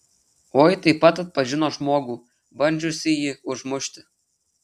oi taip pat atpažino žmogų bandžiusįjį užmušti